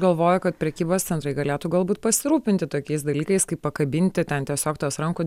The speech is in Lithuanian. galvoju kad prekybos centrai galėtų galbūt pasirūpinti tokiais dalykais kaip pakabinti ten tiesiog tuos rankų